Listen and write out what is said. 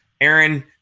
aaron